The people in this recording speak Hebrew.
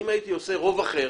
אם הייתי עושה רוב אחר,